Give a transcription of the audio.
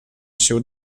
się